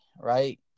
right